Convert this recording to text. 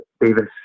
Davis